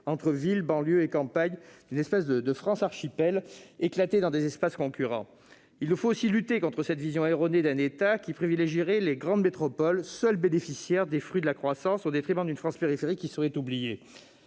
entre la ville, la banlieue et la campagne, d'une « France archipel », éclatée dans des espaces concurrents. Il nous faut aussi lutter contre cette vision erronée d'un État qui privilégierait les grandes métropoles, seules bénéficiaires des fruits de la croissance, au détriment d'une France périphérique qui serait oubliée-